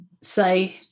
say